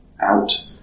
out